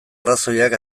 arrazoiak